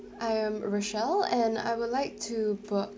I am rochelle and I would like to book